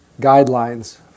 guidelines